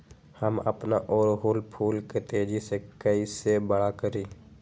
हम अपना ओरहूल फूल के तेजी से कई से बड़ा करी?